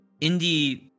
indie